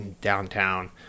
downtown